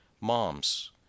Moms